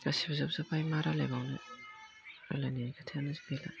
गासैबो जोबजोब्बाय मा रायज्लायबावनो रायज्लायनाय खोथायानो गैला